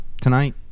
tonight